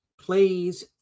please